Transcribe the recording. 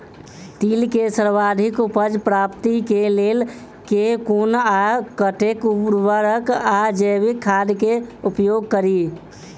तिल केँ सर्वाधिक उपज प्राप्ति केँ लेल केँ कुन आ कतेक उर्वरक वा जैविक खाद केँ उपयोग करि?